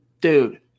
Dude